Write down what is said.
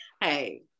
hey